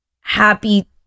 happy